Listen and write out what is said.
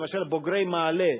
למשל בוגרי "מעלה",